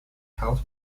helps